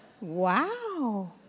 Wow